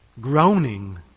groaning